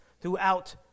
throughout